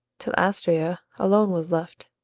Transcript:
till astraea alone was left,